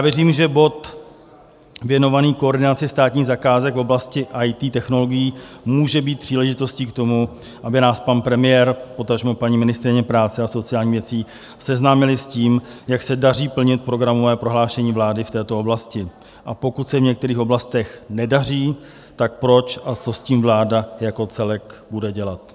Věřím, že bod věnovaný koordinaci státních zakázek v oblasti IT technologií může být příležitostí k tomu, aby nás pan premiér, potažmo paní ministryně práce a sociálních věcí, seznámili s tím, jak se daří plnit programové prohlášení vlády v této oblasti, a pokud se v některých oblastech nedaří, tak proč a co s tím vláda jako celek bude dělat.